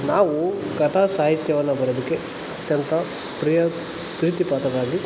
ನಾವು ಕಥಾಸಾಹಿತ್ಯವನ್ನು ಬರ್ಯೋದಕ್ಕೆ ಅತ್ಯಂತ ಪ್ರಿಯ ಪ್ರೀತಿಪಾತ್ರರಾಗಿ